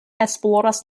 esploras